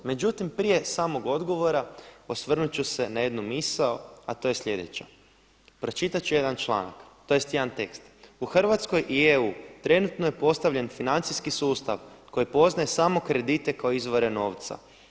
Međutim prije samog odgovora osvrnuti ću se na jednu misao a to je sljedeća, pročitati ću jedan članak tj. jedan tekst: „U Hrvatskoj i EU trenutno je postavljen financijski sustav koji poznaje samo kredite kao izvore novca.